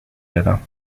دادم